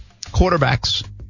Quarterbacks